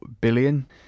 billion